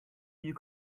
you